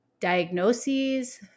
diagnoses